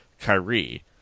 Kyrie